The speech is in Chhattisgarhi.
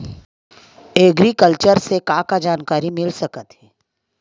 एग्रीकल्चर से का का जानकारी मिल सकत हे?